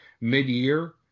mid-year